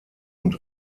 und